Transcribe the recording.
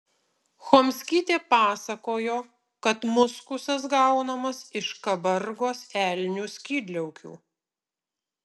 chomskytė pasakojo kad muskusas gaunamas iš kabargos elnių skydliaukių